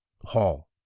Hall